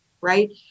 right